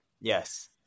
Yes